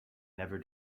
never